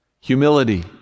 humility